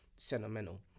sentimental